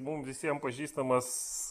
mum visiem pažįstamas